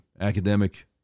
academic